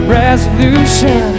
resolution